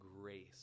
grace